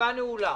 הישיבה נעולה.